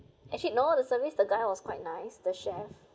actually no the service the guy was quite nice the chef